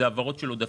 הן העברות של עודפים.